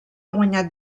guanyat